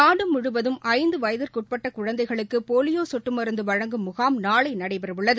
நாடு முழுவதும் ஐந்து வயதுக்கு உட்பட்ட குழந்தைகளுக்கு போலியோ சொட்டு மருந்து வழங்கும் முகாம் நாளை நடைபெறவுள்ளது